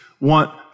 want